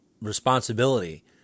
responsibility